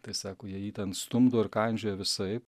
tai sako jie jį ten stumdo ir kandžioja visaip